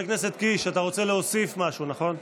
קיש, אתה רוצה להוסיף משהו, נכון?